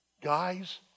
Guys